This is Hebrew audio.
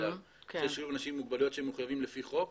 יש שיעור של אנשים עם מוגבלויות שהם מחויבים לפי חוק.